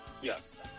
Yes